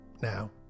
Now